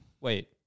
Wait